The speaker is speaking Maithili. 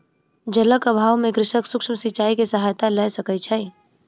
जलक अभाव में कृषक सूक्ष्म सिचाई के सहायता लय सकै छै